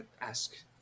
ask